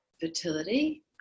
fertility